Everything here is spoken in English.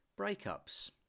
breakups